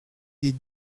des